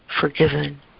forgiven